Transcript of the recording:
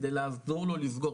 כדי לעזור לו לסגור,